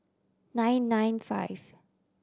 nine nine five